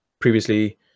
previously